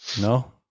No